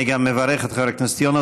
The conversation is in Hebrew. אני גם מברך את חבר הכנסת יונס.